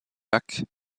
lacs